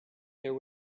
there